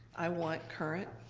i want current